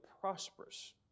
prosperous